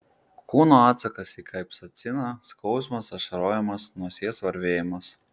kūno atsakas į kapsaiciną skausmas ašarojimas nosies varvėjimas